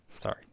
Sorry